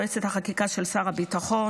יועצת החקיקה של שר הביטחון,